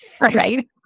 Right